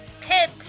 Pit